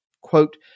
quote